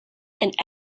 and